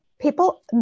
People